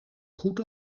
goed